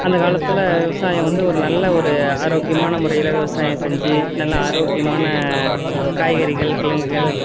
அந்த காலத்தில் விவசாயம் வந்து ஒரு நல்ல ஒரு ஆரோக்கியமான முறையில் விவசாயம் செஞ்சு நல்ல ஆரோக்கியமான காய்கறிகள் கிழங்குகள்